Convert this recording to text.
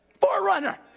Forerunner